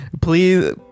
please